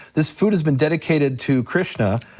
this food has been dedicated to krishna,